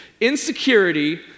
Insecurity